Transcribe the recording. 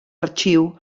arxiu